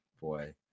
boy